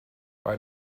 bei